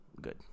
good